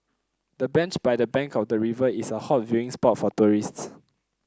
the bench by the bank of the river is a hot viewing spot for tourists